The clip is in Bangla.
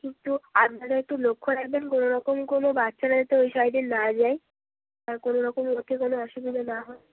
কিন্তু আপনারা একটু লক্ষ্য রাখবেন কোনো রকম কোনো বাচ্চারা যাতে ওই সাইডে না যায় বা কোনো রকম ওতে কোনো অসুবিধা না হয়